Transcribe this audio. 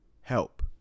help